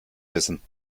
wissen